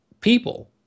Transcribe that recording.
people